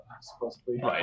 supposedly